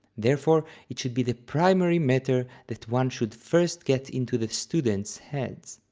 therefore it should be the primary matter that one should first get into the students' heads.